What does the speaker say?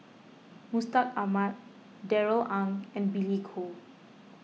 Mustaq Ahmad Darrell Ang and Billy Koh